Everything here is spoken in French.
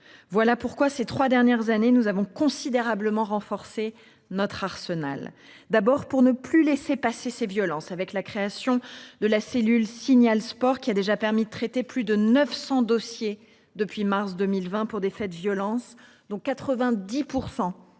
Voilà pourquoi ces 3 dernières années nous avons considérablement renforcé notre arsenal d'abord pour ne plus laisser passer ces violences avec la création de la cellule signale sport qui a déjà permis traiter plus de 900 dossiers depuis mars 2020 pour des faits de violence dont 90%